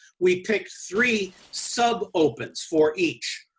we picked three sub-opens for each